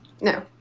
No